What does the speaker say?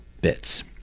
bits